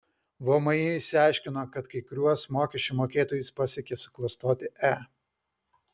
vmi išsiaiškino kad kai kuriuos mokesčių mokėtojus pasiekė suklastoti e